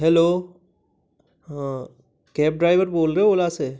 hello हाँ cab driver बोल रए हो ओला से